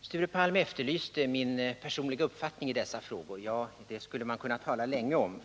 Sture Palm efterlyste min personliga uppfattning i dessa frågor. Ja, det skulle man kunna tala länge om.